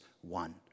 one